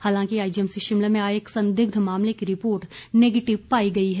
हालाँकि आईजीएमसी शिमला में आये एक संदिग्ध मामले की रिपोर्ट नेगेटिव पायी गयी है